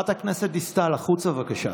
בבקשה.